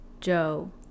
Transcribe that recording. joe